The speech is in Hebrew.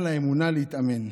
על האמונה להתאמן,